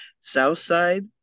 Southside